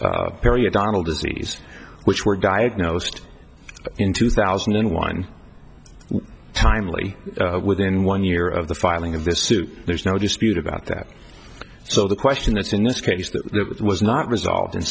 periodontal disease which were diagnosed in two thousand and one timely within one year of the filing of the suit there's no dispute about that so the question that's in this case that was not resolved in